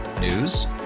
News